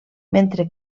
mentre